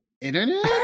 Internet